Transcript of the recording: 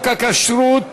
הצעת חוק הכשרות